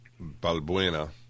Balbuena